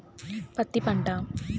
పత్తి పంట